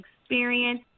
experience